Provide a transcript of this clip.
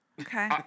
Okay